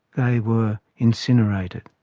they were incinerated.